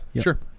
sure